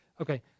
Okay